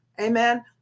amen